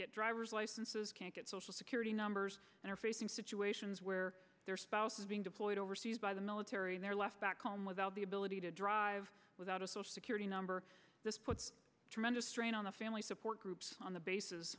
get driver's licenses can't get social security numbers and are facing situations where their spouse is being deployed overseas by the military and they're left back home without the ability to drive without a social security number this puts tremendous strain on the family support groups on the bas